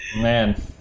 Man